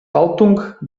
haltung